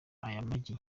magi